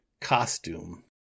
costume